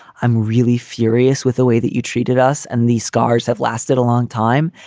i'm really furious with the way that you treated us. and these scars have lasted a long time.